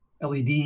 LED